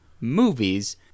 movies